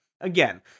Again